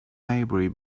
maybury